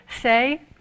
Say